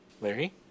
Larry